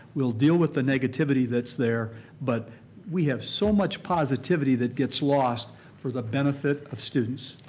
we'll deal with the negativity that's there but we have so much positivity that gets lost for the benefit of students.